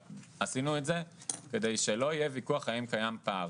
ועשינו את זה כדי שלא יהיה ויכוח לגבי האם קיים פער.